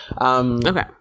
Okay